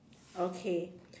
okay